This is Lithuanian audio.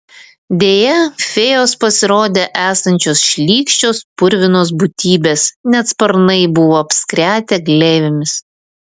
deja fėjos pasirodė esančios šlykščios purvinos būtybės net sparnai buvo apskretę gleivėmis